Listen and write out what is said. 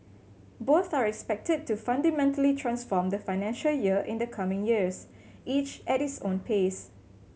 both are expected to fundamentally transform the financial year in the coming years each at its own pace